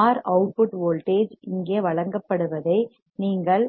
R R output voltage இங்கே வழங்கப்படுவதை நீங்கள்